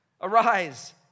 Arise